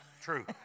True